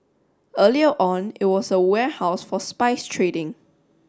earlier on it was a warehouse for spice trading